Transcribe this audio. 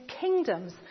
kingdoms